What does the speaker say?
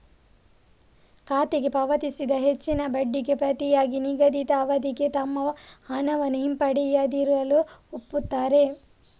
ಖಾತೆಗೆ ಪಾವತಿಸಿದ ಹೆಚ್ಚಿನ ಬಡ್ಡಿಗೆ ಪ್ರತಿಯಾಗಿ ನಿಗದಿತ ಅವಧಿಗೆ ತಮ್ಮ ಹಣವನ್ನು ಹಿಂಪಡೆಯದಿರಲು ಒಪ್ಪುತ್ತಾರೆ